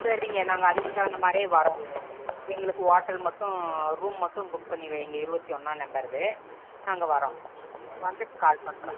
சரிங்க நாங்கள் அதுக்கு தகுந்த மாதிரியே வரோம் எங்களுக்கு ஹோட்டல் மட்டும் ரூம் மட்டும் புக் பண்ணி வைங்க இருபத்தி ஒன்றா நம்பருது நாங்கள் வரோம் வந்துவிட்டு கால் பண்ணுறோம்